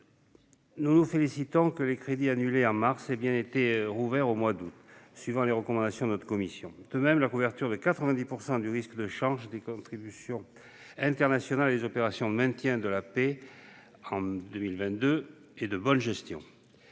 nous nous félicitons que les crédits annulés au mois de mars aient bien été rouverts au mois d'août, suivant les recommandations de notre commission. De même, la couverture de 90 % du risque de change des contributions internationales et des opérations de maintien de la paix de mai 2022 est de bonne gestion.